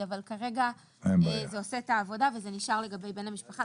כרגע זה עושה את העבודה וזה נשאר לגבי בן משפחה.